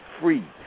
free